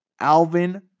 Alvin